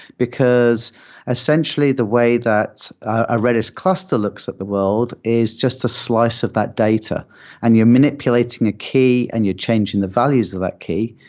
because essentially the way that a redis cluster looks at the world is just a slice of that data and you're manipulating a key and you're changing the values of that key.